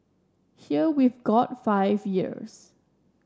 here we've got five years